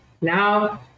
now